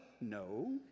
No